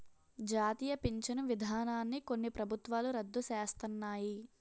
జాతీయ పించను విధానాన్ని కొన్ని ప్రభుత్వాలు రద్దు సేస్తన్నాయి